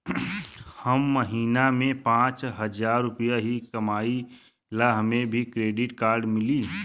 हम महीना में पाँच हजार रुपया ही कमाई ला हमे भी डेबिट कार्ड मिली?